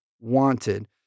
wanted